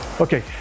Okay